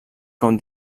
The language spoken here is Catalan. com